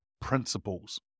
principles